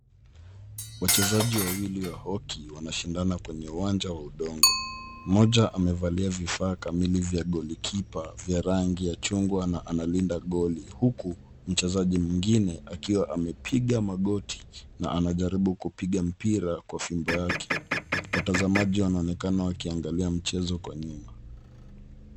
Wachezaji wawili wa hockey wanashindana kwenye uwanja wa udongo .Mmoja amevalia vifaa kamili vya goali keeper ,vya rangi ya chungwa na analinda goali, huku mchezaji mwingine akiwa amepiga magoti na anajaribu kupiga mpira kwa fimbo yake .Watazamaji wanaonekana wakiangalia mchezo kwa nyuma.